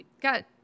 got